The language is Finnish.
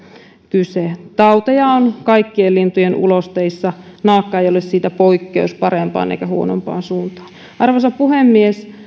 kyse tauteja on kaikkien lintujen ulosteissa naakka ei ole siitä poikkeus parempaan eikä huonompaan suuntaan arvoisa puhemies